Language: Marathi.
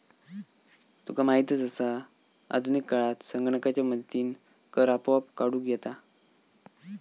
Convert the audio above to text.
तुका माहीतच आसा, आधुनिक काळात संगणकाच्या मदतीनं कर आपोआप काढूक येता